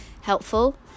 helpful